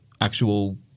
actual